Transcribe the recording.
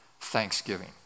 thanksgiving